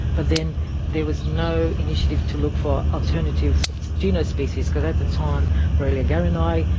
but then there was no initiative to look for alternative you know species, because at the time borrelia garinii,